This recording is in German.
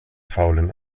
faulen